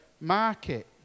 market